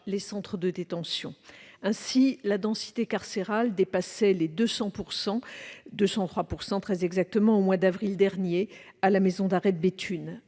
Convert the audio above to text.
les centres de détention. Ainsi, la densité carcérale dépassait les 200 %- 203 % exactement -au mois d'avril dernier à la maison d'arrêt de Béthune